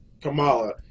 Kamala